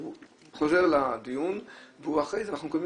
הוא חוזר לדיון ואחרי זה אנחנו מקבלים